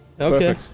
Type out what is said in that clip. Okay